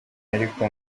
ariko